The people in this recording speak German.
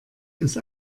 ist